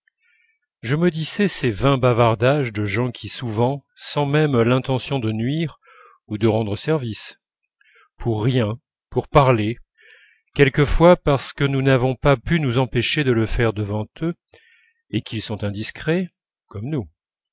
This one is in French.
je maudissais ces vains bavardages de gens qui souvent sans même l'intention de nuire ou de rendre service pour rien pour parler quelquefois parce que nous n'avons pas pu nous empêcher de le faire devant eux et qu'ils sont indiscrets comme nous